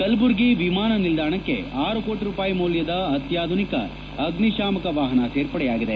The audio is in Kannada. ಕಲಬುರಗಿ ವಿಮಾನ ನಿಲ್ದಾಣಕ್ಕೆ ಆರು ಕೋಟ ರೂಪಾಯಿ ಮೌಲ್ಯದ ಅತ್ಯಾಧುನಿಕ ಅಗ್ನಿಶಾಮಕ ವಾಹನ ಸೇರ್ಪಡೆಯಾಗಿದೆ